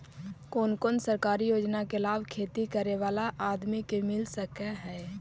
कोन कोन सरकारी योजना के लाभ खेती करे बाला आदमी के मिल सके हे?